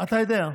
אתה יודע,